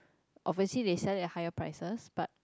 obviously they sell it higher prices but